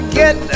get